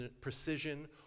precision